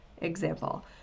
example